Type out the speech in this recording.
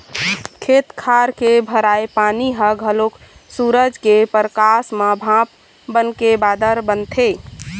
खेत खार के भराए पानी ह घलोक सूरज के परकास म भाप बनके बादर बनथे